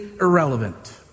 irrelevant